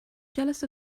jealous